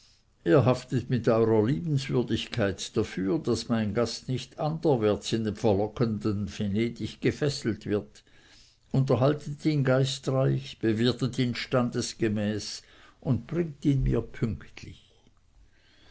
haftet mit eurer liebenswürdigkeit dafür daß mein gast nicht anderwärts in dem verlockenden venedig gefesselt wird unterhaltet ihn geistreich bewirtet ihn standesgemäß und bringt mir ihn pünktlich